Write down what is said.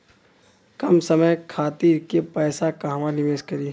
कम समय खातिर के पैसा कहवा निवेश करि?